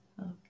okay